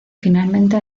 finalmente